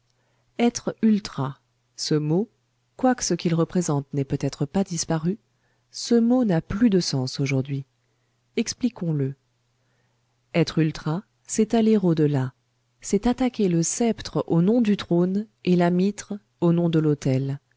être ultra ce mot quoique ce qu'il représente n'ait peut-être pas disparu ce mot n'a plus de sens aujourd'hui expliquons le être ultra c'est aller au delà c'est attaquer le sceptre au nom du trône et la mitre au nom de l'autel